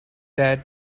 that